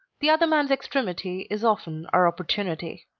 the other man's extremity is often our opportunity.